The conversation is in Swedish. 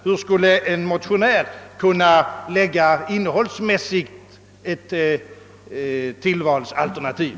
Hur skulle en motionär på kort tid kunna framlägga ett innehållsmässigt helt bestämt tillvalsalternativ?